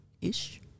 ish